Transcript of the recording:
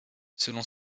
selon